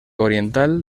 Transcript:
oriental